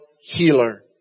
healer